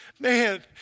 Man